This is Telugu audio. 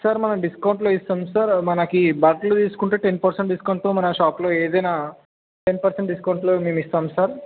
సార్ మనం డిస్కౌంట్లో ఇస్తాం సార్ మనకు బల్క్లో తీసుకుంటే టెన్ పర్సెంట్ డిస్కౌంట్తో మన షాప్లో ఏదైన టెన్ పర్సెంట్ డిస్కౌంట్లో మేము ఇస్తాం సార్